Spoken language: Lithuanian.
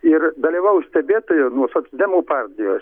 ir dalyvaus stebėtojų nuo socdemų partijos